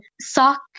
sock